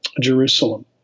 Jerusalem